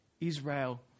Israel